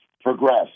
progress